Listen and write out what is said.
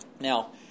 Now